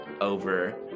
over